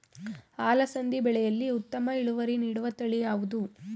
ಅಲಸಂದಿ ಬೆಳೆಯಲ್ಲಿ ಉತ್ತಮ ಇಳುವರಿ ನೀಡುವ ತಳಿ ಯಾವುದು?